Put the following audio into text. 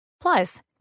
Plus